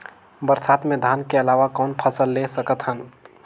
बरसात मे धान के अलावा कौन फसल ले सकत हन?